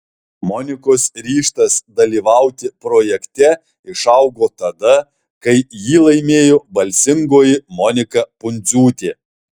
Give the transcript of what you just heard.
monikos ryžtas dalyvauti projekte išaugo tada kai jį laimėjo balsingoji monika pundziūtė